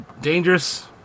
Dangerous